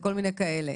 וכל מיני כאלה.